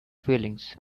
feelings